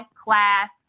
class